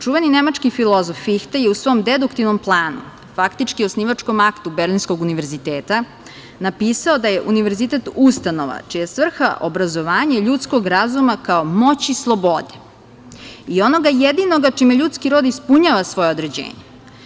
Čuveni nemački filozof Fihte je u svom deduktivnom planu, faktički osnivačkom aktu Berlinskog univerziteta, napisao da je univerzitet ustanova čija je svrha obrazovanje ljudskog razuma, kao moći slobode, i onoga jedinog čime ljudski rod ispunjava svoja određenja.